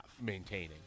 maintaining